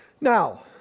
Now